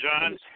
John